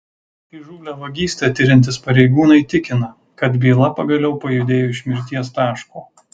įžūlią vagystę tiriantys pareigūnai tikina kad byla pagaliau pajudėjo iš mirties taško